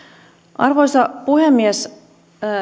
arvoisa puhemies